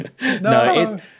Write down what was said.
No